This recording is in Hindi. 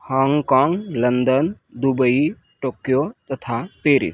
हांगकांग लंदन दुबई टोक्यो तथा पेरिस